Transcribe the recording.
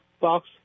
box